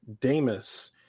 Damus